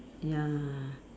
ya